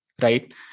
right